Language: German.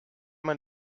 man